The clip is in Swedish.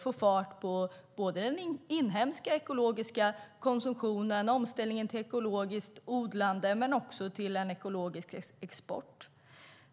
få fart såväl på den inhemska ekologiska konsumtionen och omställningen till ekologiskt odlande som på ekologisk export.